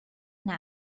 now